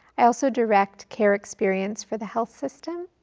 i also direct care experience for the health system.